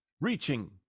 reaching